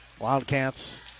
Wildcats